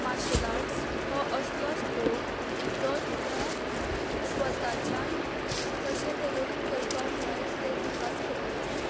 martial arts हो असलो sport जो तुका स्वताच्यान कशें करून करपाक जाय तें तुकाच खबर आसता